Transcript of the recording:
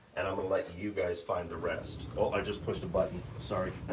and i'm gonna let you guys find the rest. oh, i just pushed a button, sorry.